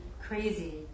crazy